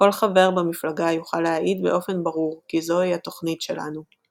כל חבר במפלגה יוכל להעיד באופן ברור כי זוהי התוכנית שלנו.